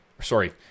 sorry